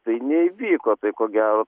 tai neįvyko tai ko gero